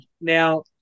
Now